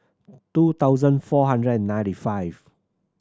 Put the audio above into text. two thousand four hundred and ninety five